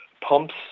pumps